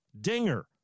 Dinger